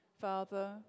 Father